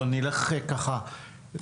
תכף נשמע את שב"ס.